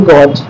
God